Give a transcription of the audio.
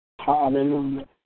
Hallelujah